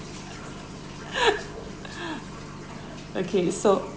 okay so